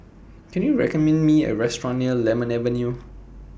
Can YOU recommend Me A Restaurant near Lemon Avenue